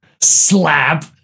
Slap